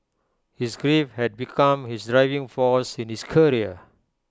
his grief had become his driving force in his career